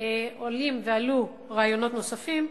עולים ועלו רעיונות נוספים,